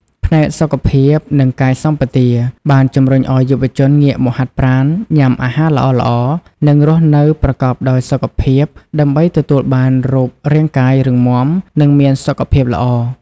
ផ្នែកសុខភាព និងកាយសម្បទា បានជំរុញឲ្យយុវជនងាកមកហាត់ប្រាណ ញ៉ាំអាហារល្អៗ និងរស់នៅប្រកបដោយសុខភាពដើម្បីទទួលបានរូបរាងកាយរឹងមាំ និងមានសុខភាពល្អ។